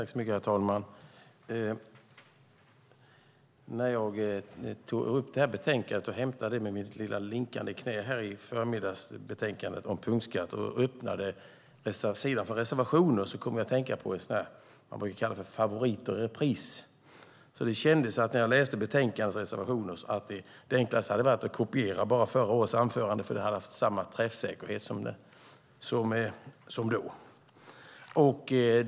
Herr talman! När jag gick med mitt linkande knä och hämtade betänkandet om punktskatter i förmiddags och slog upp sidan med reservationer kom jag att tänka på det som man brukar kalla för favorit i repris. Så kändes det för mig när jag läste detta betänkandes reservationer. Det enklaste hade varit att kopiera förra årets anförande, för det hade haft samma träffsäkerhet nu som det hade då.